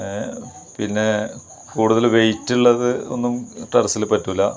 പിന്നേ കൂടുതൽ വെയിറ്റുള്ളത് ഒന്നും ടെറസിൽ പറ്റില്ല